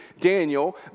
Daniel